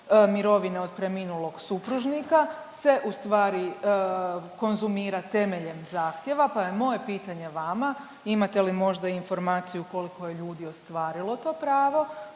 mirovine od preminulog supružnika se ustvari konzumira temeljem zahtjeva, pa je moje pitanje vama, imate li možda informaciju koliko je ljudi ostvarilo to pravo